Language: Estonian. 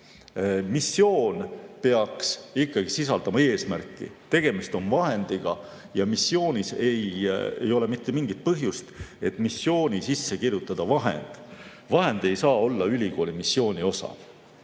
Missioon peaks ikkagi sisaldama eesmärki. Tegemist on vahendiga ja ei ole mitte mingit põhjust, et missiooni sisse kirjutada vahend. Vahend ei saa olla ülikooli missiooni osa.